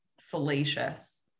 salacious